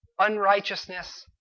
unrighteousness